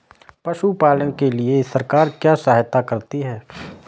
पशु पालन के लिए सरकार क्या सहायता करती है?